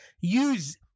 use